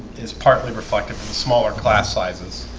is partly reflected for the smaller class sizes